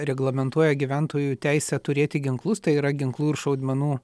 reglamentuoja gyventojų teisę turėti ginklus tai yra ginklų ir šaudmenų